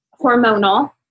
hormonal